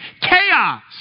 chaos